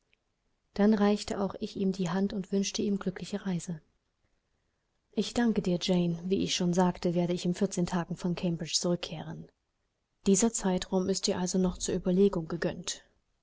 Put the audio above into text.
dann reichte auch ich ihm die hand und wünschte ihm glückliche reise ich danke dir jane wie ich schon sagte werde ich in vierzehn tagen von cambridge zurückkehren dieser zeitraum ist dir also noch zur überlegung gegönnt